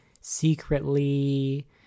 secretly